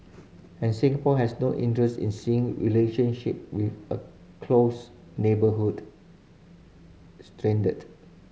and Singapore has no interest in seeing relationship with a close neighborhood